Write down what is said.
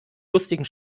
lustigen